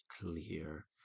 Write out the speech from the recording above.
clear